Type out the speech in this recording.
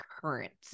currents